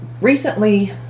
recently